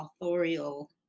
authorial